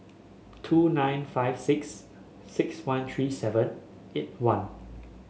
two nine five six six one three seven eight one